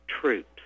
troops